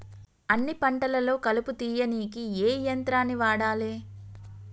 అన్ని పంటలలో కలుపు తీయనీకి ఏ యంత్రాన్ని వాడాలే?